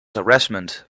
harassment